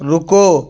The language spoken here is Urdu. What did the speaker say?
رکو